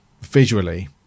visually